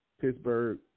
Pittsburgh